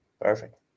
Perfect